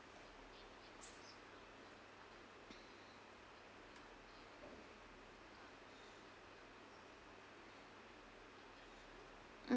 mm